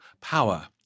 power